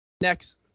next